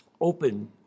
open